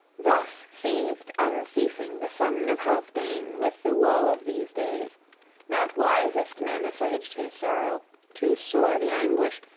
thus seethed unceasing the son of healfdene with the woe of these days not wisest men assuaged his sorrow too sore the anguish,